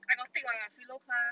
I got take [what] philo~ class